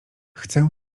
chcę